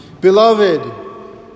Beloved